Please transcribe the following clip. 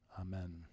Amen